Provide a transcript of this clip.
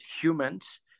humans